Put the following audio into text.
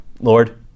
Lord